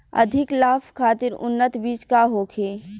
अधिक लाभ खातिर उन्नत बीज का होखे?